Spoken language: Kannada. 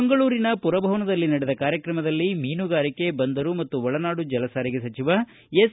ಮಂಗಳೂರಿನ ಪುರಭವನದಲ್ಲಿ ನಡೆದ ಕಾರ್ಯಕ್ರಮದಲ್ಲಿ ಮೀನುಗಾರಿಕೆ ಬಂದರು ಮತ್ತು ಒಳನಾಡು ಜಲ ಸಾರಿಗೆ ಸಚಿವ ಎಸ್